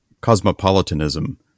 cosmopolitanism